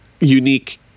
unique